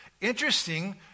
Interesting